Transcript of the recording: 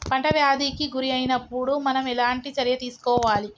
పంట వ్యాధి కి గురి అయినపుడు మనం ఎలాంటి చర్య తీసుకోవాలి?